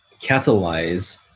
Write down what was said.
catalyze